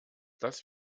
dass